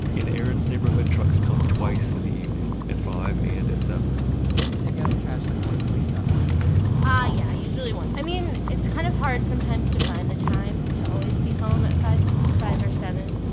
in erin's neighborhood, trucks come twice in the evening, at five and at seven normally, you'd take out the trash like once a week on one of the days. ah, yeah, usually one. i mean, it's kind of hard sometimes to find the time to always be home at five five or seven.